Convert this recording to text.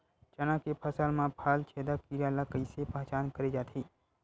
चना के फसल म फल छेदक कीरा ल कइसे पहचान करे जाथे?